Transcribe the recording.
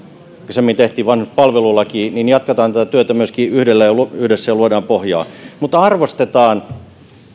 aikaisemmin tehtiin vanhuspalvelulaki niin jatketaan tätä työtä myöskin yhdessä ja luodaan pohjaa arvostetaan